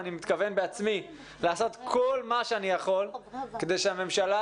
אני מתכוון בעצמי לעשות כל מה שאני יכול כדי שהממשלה,